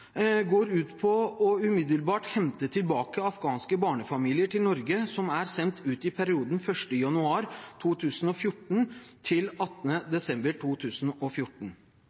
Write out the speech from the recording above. går ut på umiddelbart å hente tilbake afghanske barnefamilier til Norge som er sendt ut i perioden 1. januar 2014–18. desember 2014.